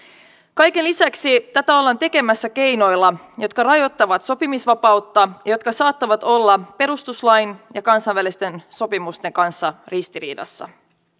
kaiken lisäksi tätä ollaan tekemässä keinoilla jotka rajoittavat sopimisvapautta ja jotka saattavat olla perustuslain ja kansainvälisten sopimusten kanssa ristiriidassa